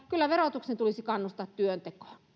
kyllä verotuksen tulisi kannustaa työntekoon